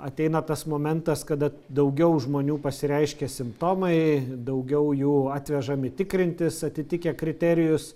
ateina tas momentas kada daugiau žmonių pasireiškia simptomai daugiau jų atvežami tikrintis atitikę kriterijus